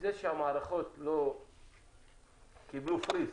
זה שהמערכות קיבלו freeze,